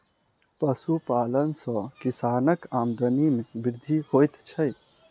पशुपालन सॅ किसानक आमदनी मे वृद्धि होइत छै